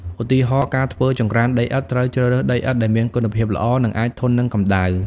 ឧទាហរណ៍ ការធ្វើចង្ក្រានដីឥដ្ឋ ត្រូវជ្រើសរើសដីឥដ្ឋដែលមានគុណភាពល្អ និងអាចធន់នឹងកម្ដៅ។